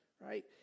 right